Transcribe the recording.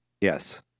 Yes